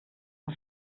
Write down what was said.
und